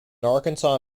arkansas